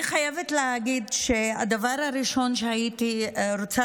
אני חייבת להגיד שהדבר הראשון שהייתי רוצה